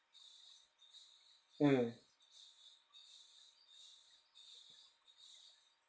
mm